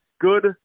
good